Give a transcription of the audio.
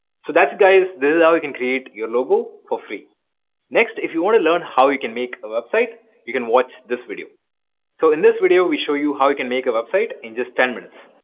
so that's guys this is how you can create your logo for free next if you want to learn how you can make a website you can watch this video so in this video we show you how you can make a website in just ten minutes